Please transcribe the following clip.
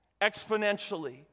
exponentially